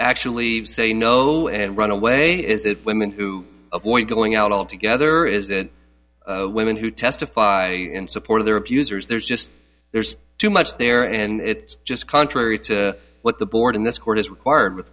actually say no and run away women who avoid going out altogether is it women who testify in support of their abusers there's just there's too much there and it's just contrary to what the board in this court is required with